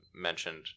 mentioned